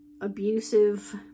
abusive